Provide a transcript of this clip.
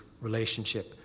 relationship